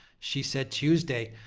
she said tuesday.